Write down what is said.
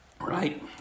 Right